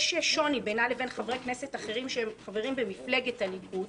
יש שוני בינה לבין חברי כנסת אחרים שחברים במפלגת הליכוד